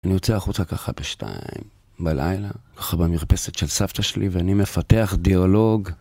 אני יוצא החוצה ככה בשתיים בלילה, ככה במרפסת של סבתא שלי ואני מפתח דיאלוג.